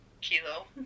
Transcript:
Kilo